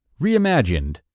Reimagined